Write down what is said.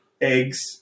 eggs